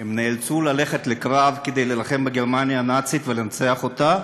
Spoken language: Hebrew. הם נאלצו ללכת לקרב כדי להילחם בגרמניה הנאצית ולנצח אותה,